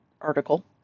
article